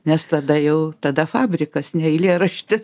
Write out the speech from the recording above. nes tada jau tada fabrikas ne eilėraštis